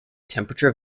temperature